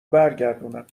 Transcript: برگردونم